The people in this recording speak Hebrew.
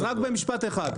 אז רק במשפט אחד.